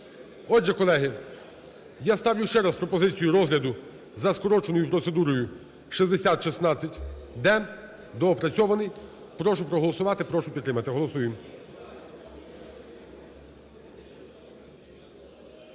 Отже, колеги, я ставлю ще раз пропозицію розгляду за скороченою процедурою 6016-д доопрацьований. Прошу проголосувати, прошу підтримати. Голосуємо.